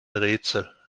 rätsel